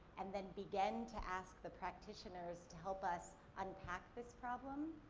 and then begin to ask the practitioners to help us unpack this problem,